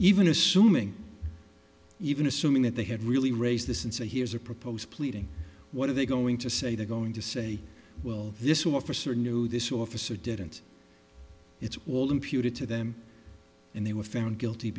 even assuming even assuming that they had really raised this and say here's a proposed pleading what are they going to say they're going to say well this officer knew this officer didn't it's all imputed to them and they were found guilty